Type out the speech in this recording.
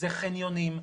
אלה חניונים,